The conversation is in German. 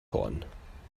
horn